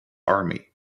army